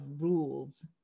rules